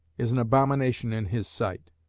is an abomination in his sight.